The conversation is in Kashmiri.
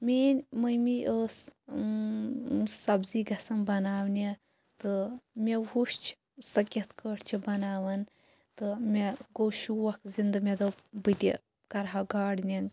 میٲنۍ مٔمی ٲس سَبزی گَژھان بَناونہِ تہٕ مےٚ ہیٚوچھ سۄ کِتھ کٲٹھۍ چھِ بناوان تہٕ مےٚ گوٚو شوق زِندٕ مےٚ دوٚپ بہٕ تہِ کَرٕہا گاڈنِنگ